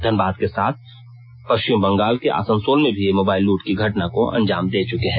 धनबाद के साथ पश्चिम बंगाल के आसनोल में भी ये मोबाइल लूट की घटना को अंजाम दे चुके थे